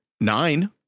nine